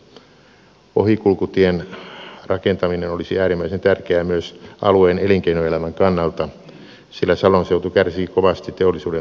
ohikulkutien rakentaminen olisi äärimmäisen tärkeää myös alueen elinkeinoelämän kannalta sillä salon seutu kärsii kovasti teollisuuden rakennemuutoksesta